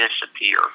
disappear